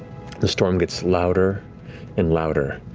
the storm gets louder and louder.